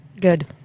Good